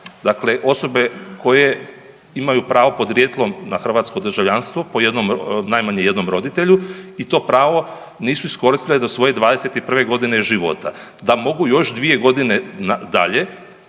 dakle osobe koje imaju pravo podrijetlom na hrvatsko državljanstvo, po jednom, najmanje jednom roditelju i to pravo nisu iskoristile do svoje 21.g. života da mogu još 2.g. dalje,